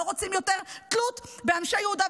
לא רוצים לא יותר תלות באנשי יהודה ושומרון.